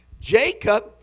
Jacob